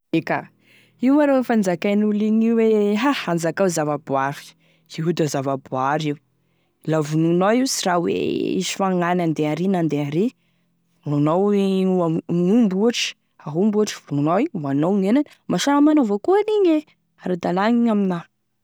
Eka, io arô efa nozakain'olo igny hoe anzakao ny zava-boary, io da zava-boary io, la vonoinao io da sy raha hoe hisy fagnahiny mandeha ary na mandeha ary, la vonoinao gne ao aomby ohatry, aomby ohatry vonoinao igny hoaninao gn'henany, ara dalagny igny amina.